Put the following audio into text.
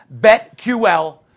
BetQL